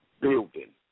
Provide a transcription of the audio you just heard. building